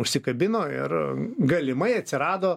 užsikabino ir galimai atsirado